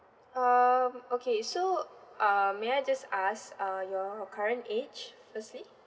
um okay so um may I just ask uh your current age firstly